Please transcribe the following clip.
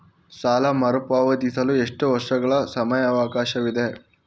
ಸಾಲ ಮರುಪಾವತಿಸಲು ಎಷ್ಟು ವರ್ಷಗಳ ಸಮಯಾವಕಾಶವಿದೆ?